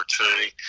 opportunity